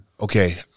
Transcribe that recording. okay